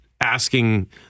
asking